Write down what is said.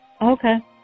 Okay